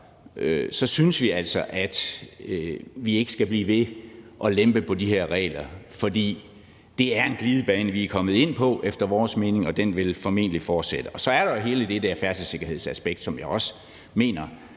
synes vi altså, at vi ikke skal blive ved at lempe på de her regler, for det er en glidebane, vi er kommet ind på efter vores mening, og den vil formentlig fortsætte. Og så er der jo hele det der færdselssikkerhedsaspekt, som jeg også mener